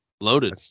Loaded